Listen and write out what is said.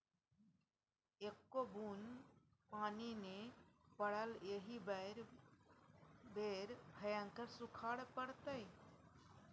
एक्को बुन्न पानि नै पड़लै एहि बेर भयंकर सूखाड़ पड़तै